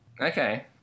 okay